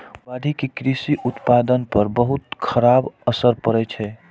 बाढ़ि के कृषि उत्पादन पर बहुत खराब असर पड़ै छै